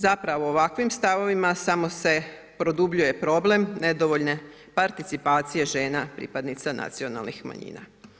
Zapravo u ovakvim stavovima samo se produljuje problem nedovoljne participacije žena pripadnica nacionalnih manjina.